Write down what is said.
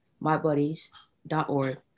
mybuddies.org